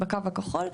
בקו הכחול,